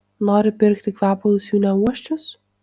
nori pirkti kvepalus jų neuosčius